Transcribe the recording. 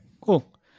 cool